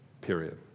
Period